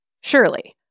Surely